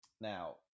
Now